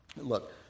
Look